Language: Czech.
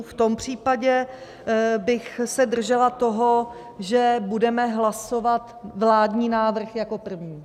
V tom případě bych se držela toho, že budeme hlasovat vládní návrh jako první.